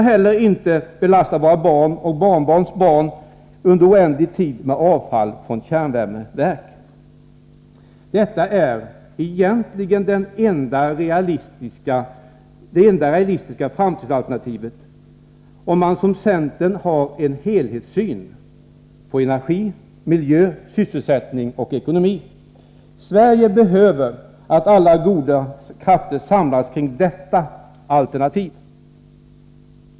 Vi behöver inte heller belasta våra barn, barnbarn eller barnbarnsbarn med avfall från kärnvärmeverk under oändlig tid. Centerns sparlinje är egentligen det enda realistiska framtidsalternativet, om man som centern har en helhetssyn på energi, miljö, sysselsättning och ekonomi. Sverige behöver att alla goda krafter samlas kring detta alternativ.